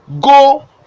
go